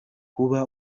kuba